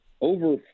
over